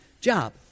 job